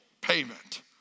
payment